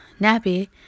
nappy